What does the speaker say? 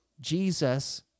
Jesus